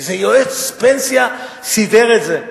איזה יועץ פנסיה סידר את זה.